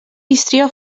histrió